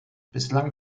bislang